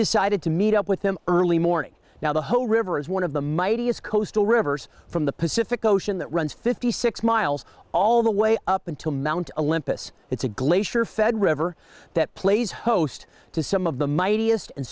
decided to meet up with them early morning now the whole river is one of the mighty it's coastal reverse from the pacific ocean that runs fifty six miles all the way up until mt olympus it's a glacier fed river that plays host to some of the